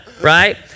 Right